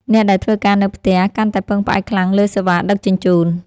អ្នកដែលធ្វើការនៅផ្ទះ កាន់តែពឹងផ្អែកខ្លាំងលើសេវាដឹកជញ្ជូន។